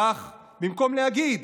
כך, במקום להגיד